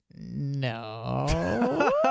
no